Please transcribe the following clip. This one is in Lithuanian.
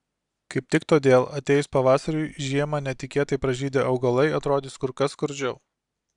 kaip tik todėl atėjus pavasariui žiemą netikėtai pražydę augalai atrodys kur kas skurdžiau